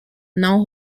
now